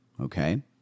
okay